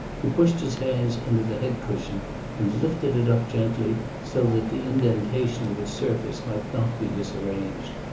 he pushed his hands under the head-cushion and lifted it up gently, so that the indentations of its surface might not be disarranged.